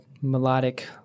melodic